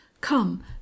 come